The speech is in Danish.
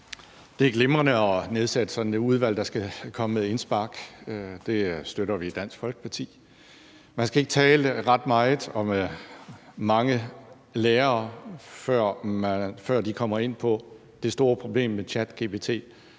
Det er glimrende at nedsætte et udvalg, der skal komme med indspark. Det støtter vi i Dansk Folkeparti. Man skal ikke tale med særlig mange lærere, før de kommer ind på det store problem med ChatGPT.